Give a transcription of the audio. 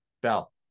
Bell